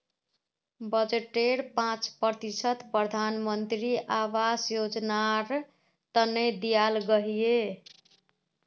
बजटेर पांच प्रतिशत प्रधानमंत्री आवास योजनार तने दियाल गहिये